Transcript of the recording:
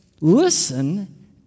Listen